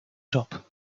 top